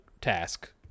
task